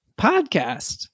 Podcast